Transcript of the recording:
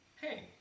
hey